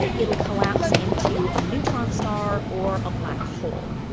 it'll collapse into a neutron star or a black hole.